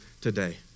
today